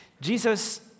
Jesus